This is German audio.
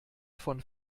von